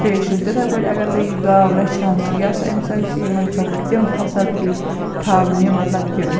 پیش یُن تِتھَے پٲٹھۍ اگر وۄنۍ یہِ گاو رچھان چھِ یا سُہ أمِسَے چھِ یِمَن خٲطرٕ تِم فیسلٹی تھاونہِ مطلب کہِ